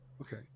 Okay